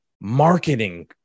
marketing